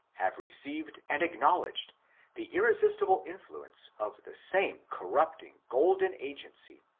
have received and acknow ledged the irresistible influence of the same corrupting golden agency.